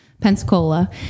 Pensacola